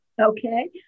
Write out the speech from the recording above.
Okay